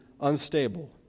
unstable